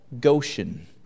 Goshen